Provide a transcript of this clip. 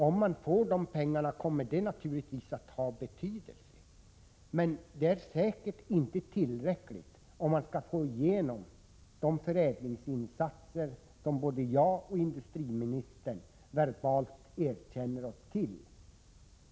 Om man får de pengarna kommer detta naturligtvis att ha betydelse, men det är säkert inte tillräckligt för att åstadkomma de förädlingsinsatser som både jag och industriministern verbalt erkänner som nödvändiga.